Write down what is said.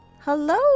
Hello